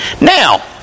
Now